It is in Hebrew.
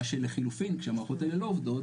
לחלופין כשהמערכות האלה לא עובדות,